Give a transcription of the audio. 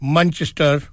Manchester